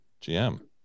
GM